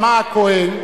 שאמה-הכהן,